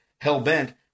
Hellbent